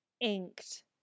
inked